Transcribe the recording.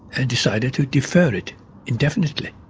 and decided to defer it indefinitely.